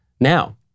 now